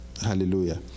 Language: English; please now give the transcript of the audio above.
Hallelujah